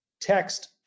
text